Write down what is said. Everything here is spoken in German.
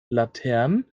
laternen